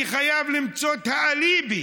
אני חייב למצוא את האליבי